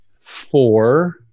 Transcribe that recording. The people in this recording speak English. Four